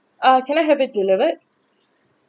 uh can I have it delivered